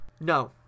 No